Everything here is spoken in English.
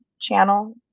channel